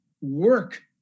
work